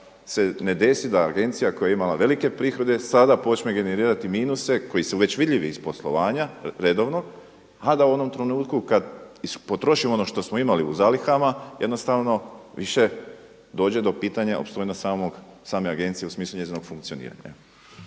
se ne desi da agencija koja je imala velike prihode sada počne generirati minuse koji su već vidljivi iz poslovanja redovnog, a da u onom trenutku kad ispotrošimo ono što smo imali u zalihama jednostavno više dođe do pitanja opstojnost samog, same agencije u smislu njezinog funkcioniranja.